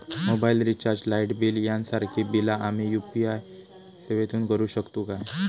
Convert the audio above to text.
Mobile recharge, light bill यांसारखी बिला आम्ही यू.पी.आय सेवेतून करू शकतू काय?